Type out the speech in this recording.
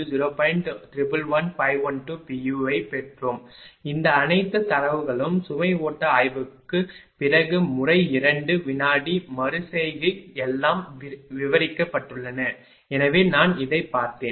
u ஐப் பெற்றோம் இந்த அனைத்து தரவுகளும் சுமை ஓட்ட ஆய்வுக்குப் பிறகு முறை 2 வினாடி மறு செய்கை எல்லாம் விவரிக்கப்பட்டுள்ளன எனவே நான் இதைப் பார்த்தேன்